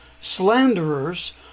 slanderers